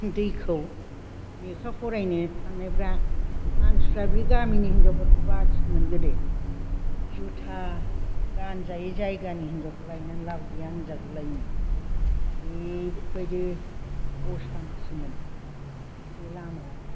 दैखौ लेखा फरायनो थांनायफ्रा मानसिफ्रा बे गामिनि हिनजावफोरखौ बासियोमोन गोदो जुथा गानजायै जायगानि हिनजावखौ लायनानै लाब गैया होनजागु लायोमोन ओरैबादि असान्थिमोन बे लामाया